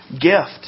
gift